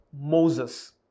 Moses